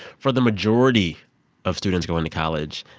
for the majority of students going to college,